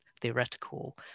theoretical